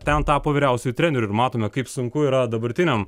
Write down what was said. ten tapo vyriausiuoju treneriu ir matome kaip sunku yra dabartiniam